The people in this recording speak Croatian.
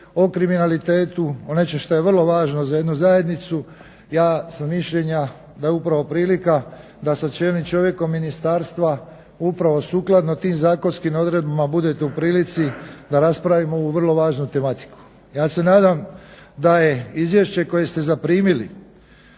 o kriminalitetu, o nečem što je vrlo važno za jednu zajednicu. Ja sam mišljenja da je upravo prilika da sa čelnim čovjekom ministarstva upravo sukladno tim zakonskim odredbama budete u prilici da raspravimo ovu vrlo važnu tematiku. Ja se nadam da je izvješće koje ste zaprimili